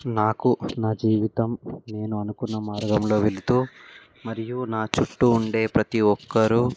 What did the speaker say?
నాకు నా జీవితం నేను అనుకున్న మార్గంలో వెళుతూ మరియు నా చుట్టూ ఉండే ప్రతీ ఒక్కరూ